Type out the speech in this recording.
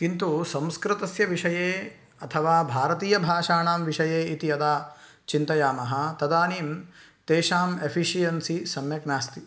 किन्तु संस्कृतस्य विषये अथवा भारतीयभाषाणां विषये इति यदा चिन्तयामः तदानीं तेषाम् एफ़िशियन्सि सम्यक् नास्ति